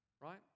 right